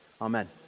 Amen